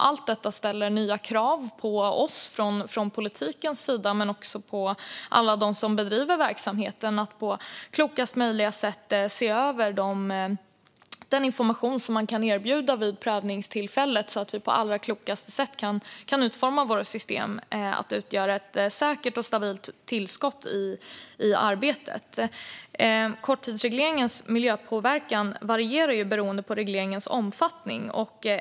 Allt detta ställer nya krav på oss från politikens sida men också på alla dem som bedriver verksamheterna att på klokast möjliga sätt se över den information de kan erbjuda vid prövningstillfället så att vi på bästa sätt kan utforma våra system så att de utgör ett säkert och stabilt tillskott i arbetet. Korttidsregleringens miljöpåverkan varierar beroende på regleringens omfattning.